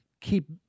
keep